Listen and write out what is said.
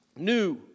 new